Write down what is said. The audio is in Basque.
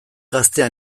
gaztea